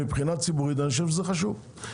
מבחינה ציבורית אני חושב שזה חשוב.